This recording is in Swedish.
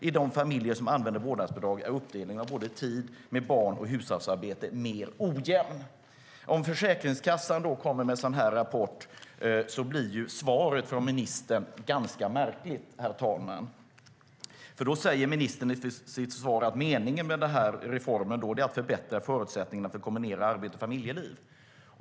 I de familjer som använder vårdnadsbidrag är uppdelning av tid med barn och hushållsarbete mer ojämn. Om Försäkringskassan lägger fram en sådan rapport blir ministerns svar märkligt, herr talman. Ministern sade i sitt svar att meningen med reformen är att "förbättra förutsättningarna att kombinera arbete och familjeliv".